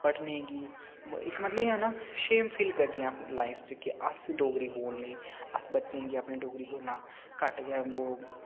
पढ़ने गी इक मतलब एह् ना शेम फील करदियां लाइफ च कि अस डोगरी बोलने अस बच्चें गी अपने डोगरी बोलने ना घट्ट गै